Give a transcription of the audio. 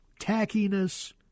tackiness